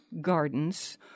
Gardens